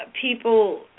people